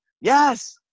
Yes